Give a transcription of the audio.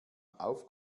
auf